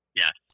yes